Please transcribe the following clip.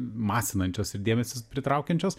masinančios ir dėmesį pritraukiančios